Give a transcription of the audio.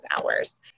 hours